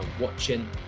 watching